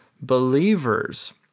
believers